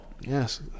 yes